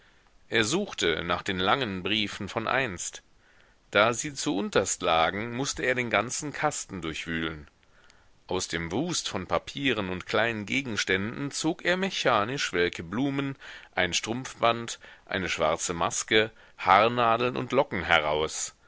er suchte nach den langen briefen von einst da sie zu unterst lagen mußte er den ganzen kasten durchwühlen aus dem wust von papieren und kleinen gegenständen zog er mechanisch welke blumen ein strumpfband eine schwarze maske haarnadeln und locken heraus